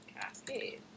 Cascade